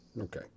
okay